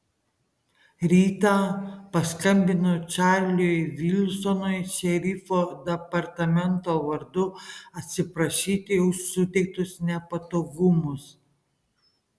rytą paskambinau čarliui vilsonui šerifo departamento vardu atsiprašyti už suteiktus nepatogumus